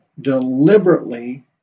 deliberately